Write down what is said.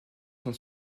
sont